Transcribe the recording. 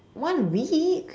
one week